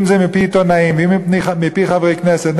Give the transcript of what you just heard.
אם זה מפי עיתונאים ואם מפי חברי כנסת,